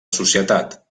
societat